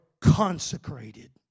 consecrated